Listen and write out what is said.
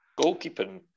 goalkeeping